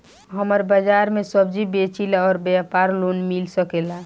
हमर बाजार मे सब्जी बेचिला और व्यापार लोन मिल सकेला?